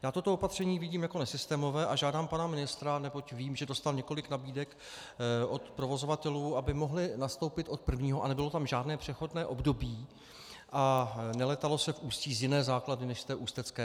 Já toto opatření vidím jako nesystémové a žádám pana ministra, neboť vím, že dostal několik nabídek od provozovatelů, aby mohli nastoupit od prvního a nebylo tam žádné přechodné období a nelétalo se Ústí z jiné základny než z té ústecké.